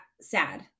sad